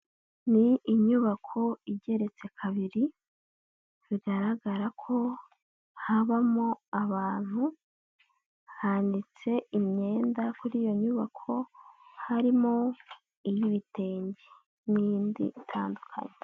Ni inyubako igeretse kabiri, bigaragara ko habamo abantu, hanitse imyenda kuri iyo nyubako harimo iy'ibitenge n'indi itandukanye.